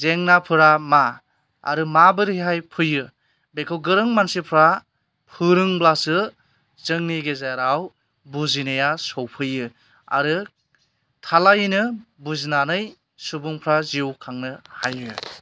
जेंनाफोरा मा आरो माबोरैहाय फैयो बेखौ गोरों मानसिफ्रा फोरोंब्लासो जोंनि गेजेराव बुजिनाया सफैयो आरो थालायैनो बुजिनानै सुबुंफ्रा जिउ खांनो हायो